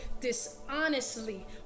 dishonestly